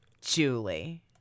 Julie